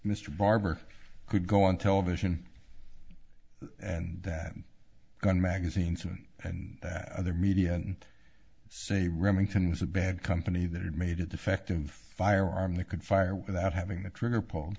mr barber could go on television and that gun magazine soon and that other media and say remington was a bad company that had made a defective firearm that could fire without having the trigger p